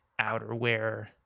outerwear